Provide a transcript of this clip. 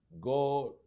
God